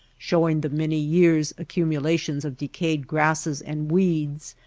showing the many years accumulations of decayed grasses and weeds,